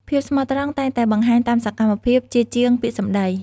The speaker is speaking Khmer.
ភាពស្មោះត្រង់តែងតែបង្ហាញតាមសកម្មភាព ជាជាងពាក្យសម្ដី។